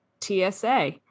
TSA